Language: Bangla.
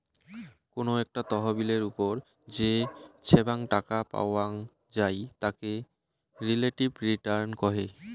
কোনো একটা তহবিলের ওপর যে ছাব্যাং টাকা পাওয়াং যাই তাকে রিলেটিভ রিটার্ন কহে